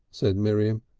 said miriam,